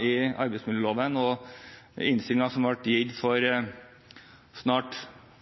i arbeidsmiljøloven, og i innstillingen som ble gitt for snart